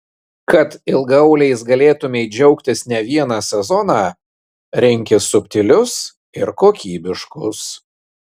kad ilgaauliais galėtumei džiaugtis ne vieną sezoną rinkis subtilius ir kokybiškus